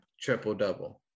triple-double